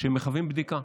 שמחייבים בדיקה.